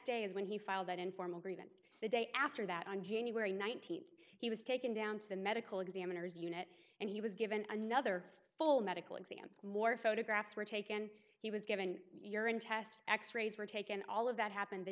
day is when he filed that informal grievance the day after that on january nineteenth he was taken down to the medical examiner's unit and he was given another full medical exam more photographs were taken he was given urine tests x rays were taken all of that happened the